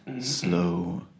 slow